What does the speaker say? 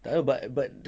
but but